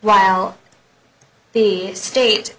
while the state